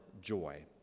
joy